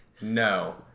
No